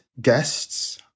guests